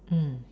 mm